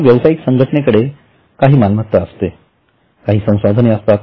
तर व्यावसायिक संघटनेकडे काही मालमत्ता असते तर काही संसाधने असतात